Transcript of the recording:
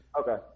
Okay